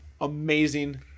Amazing